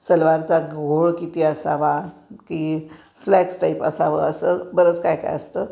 सलवारचा घोळ किती असावा की स्लॅक्स टाईप असावं असं बरंच काय काय असतं